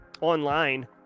online